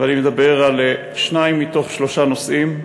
ואני מדבר על שניים מתוך שלושה נושאים: